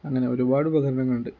അങ്ങനെ ഒരുപാട് ഉപകരണങ്ങളുണ്ട്